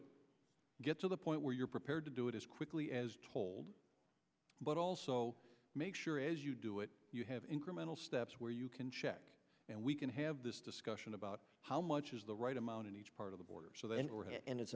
it get to the point where you're prepared to do it as quickly as told but also make sure as you do it you have incremental steps where you can check and we can have this discussion about how much is the right amount in each part of the border so they end